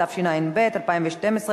התשע"ב 2012,